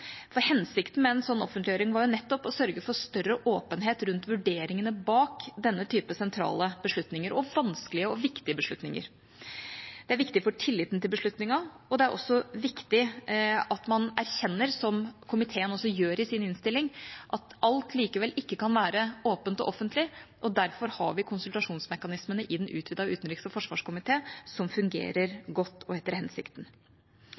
det. Hensikten med en slik offentliggjøring var jo nettopp å sørge for en større åpenhet rundt vurderingene bak denne type sentrale beslutninger og vanskelige og viktige beslutninger. Det er viktig for tilliten til beslutningene, og det er også viktig at man erkjenner, som komiteen også gjør i sin innstilling, at alt likevel ikke kan være åpent og offentlig, og derfor har vi konsultasjonsmekanismene i den utvidete utenriks- og forsvarskomité, som fungerer godt og etter hensikten.